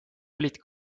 olid